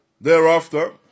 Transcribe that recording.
Thereafter